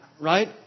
Right